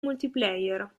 multiplayer